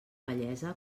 bellesa